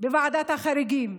בוועדת החריגים